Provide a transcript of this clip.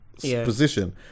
position